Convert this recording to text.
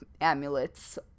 amulets